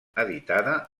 editada